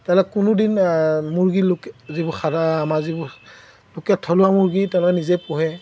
তেওঁলোকে কোনোদিন মুৰ্গী লোকেল যিবোৰ সাধাৰণ আমাৰ যিবোৰ লোকেল থলুৱা মুৰ্গী তেওঁলোকে নিজে পোহে